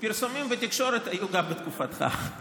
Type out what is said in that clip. פרסומים בתקשורת היו גם בתקופתך.